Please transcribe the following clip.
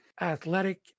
athletic